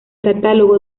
catálogo